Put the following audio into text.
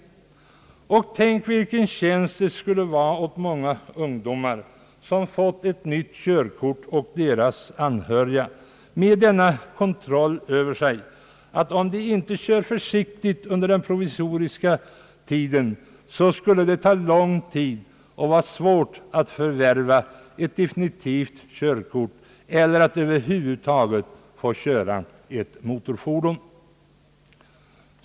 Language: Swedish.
Tänk vilken tjänst denna kontroll skulle innebära för många ungdomar som fått körkort och deras anhöriga! Om de inte kör försiktigt under den provisoriska tiden skulle det ta lång tid och vara svårt att förvärva ett definitivt körkort eller att över huvud taget få köra ett motorfordon.